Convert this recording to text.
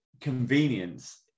convenience